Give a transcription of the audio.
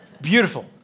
Beautiful